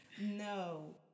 no